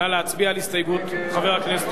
נא להצביע על הסתייגות חבר הכנסת